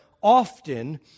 often